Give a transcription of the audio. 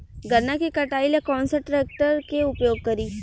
गन्ना के कटाई ला कौन सा ट्रैकटर के उपयोग करी?